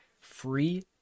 free